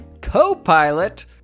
Copilot